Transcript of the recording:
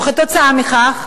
וכתוצאה מכך,